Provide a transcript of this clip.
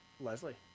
Leslie